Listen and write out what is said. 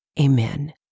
Amen